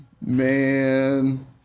Man